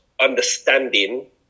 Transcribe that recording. understanding